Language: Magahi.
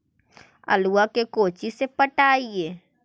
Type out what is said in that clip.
आलुआ के कोचि से पटाइए?